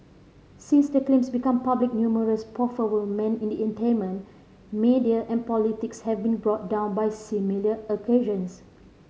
since the claims became public numerous powerful men in the entertainment media and politics have been brought down by similar